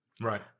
Right